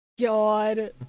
God